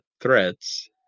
threats